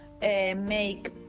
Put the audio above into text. make